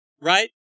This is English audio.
right